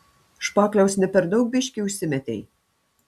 špakliaus ne per daug biškį užsimetei